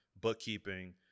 bookkeeping